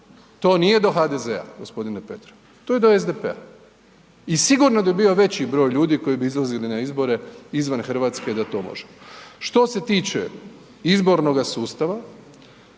To nije do HDZ-a, g. Petrov, to je do SDP-a. I sigurno bi bio veći broj ljudi koji bi izlazili na izbore izvan Hrvatske da to može. Što se tiče izbornoga sustava,